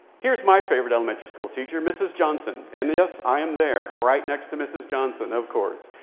here's my favorite elementary school teacher, mrs. johnson. and, yes, i am there, right next to mrs. johnson, of course.